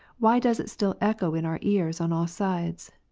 why does it still echo in our ears on all sides,